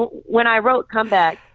when i wrote comeback,